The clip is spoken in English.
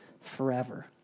forever